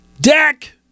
Dak